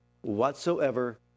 whatsoever